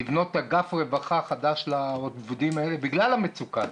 לבנות אגף רווחה חדש לעובדים האלה בגלל המצוקה.